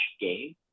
game